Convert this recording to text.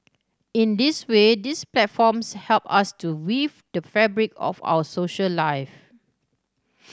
in this way these platforms help us to weave the fabric of our social lives